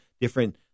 different